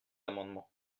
amendement